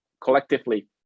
collectively